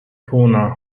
puna